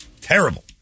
Terrible